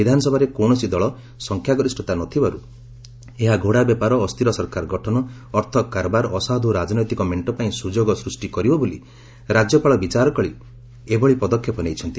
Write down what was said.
ବିଧାନସଭାରେ କୌଣସି ଦଳର ସଂଖ୍ୟା ଗରିଷ୍ଠତା ନଥିବାରୁ ଏହା ଘୋଡ଼ା ବେପାର ଅସ୍ଥିର ସରକାର ଗଠନ ଅର୍ଥକାରବାର ଅସାଧୁ ରାଜନୈତିକ ମେଣ୍ଟ ପାଇଁ ସୁଯୋଗ ସୃଷ୍ଟି କରିବ ବୋଲି ରାଜ୍ୟପାଳ ବିଚାର କରି ଏଭଳି ପଦକ୍ଷେପ ନେଇଛନ୍ତି